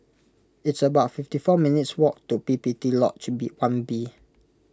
it's about fifty four minutes' walk to P P T Lodge one B